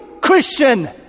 Christian